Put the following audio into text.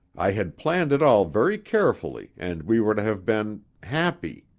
i had planned it all very carefully and we were to have been happy.